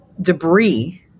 debris